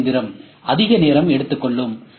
M இயந்திரம் அதிக நேரம் எடுத்துக்கொள்ளும்